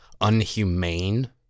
unhumane